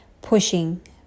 pushing